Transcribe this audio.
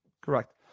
Correct